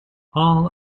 all